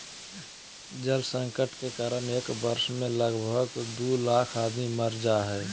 जल संकट के कारण एक वर्ष मे लगभग दू लाख आदमी मर जा हय